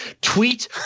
tweet